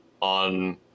on